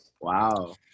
Wow